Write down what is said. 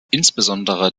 insbesondere